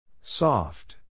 Soft